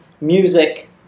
music